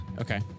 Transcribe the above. Okay